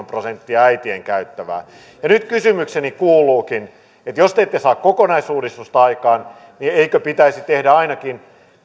prosenttia äitien käyttämää ja nyt kysymykseni kuuluukin jos te ette saa kokonaisuudistusta aikaan eikö pitäisi tehdä ainakin